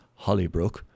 Hollybrook